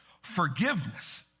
forgiveness